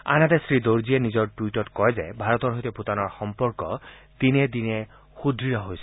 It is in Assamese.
আনহাতে শ্ৰী দৰ্জীয়ে নিজৰ টুইটত কয় যে ভাৰতৰ সৈতে ভূটানৰ সম্পৰ্ক দিনে দিনে সূদঢ় হৈ আহিছে